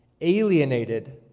alienated